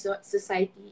society